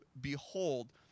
behold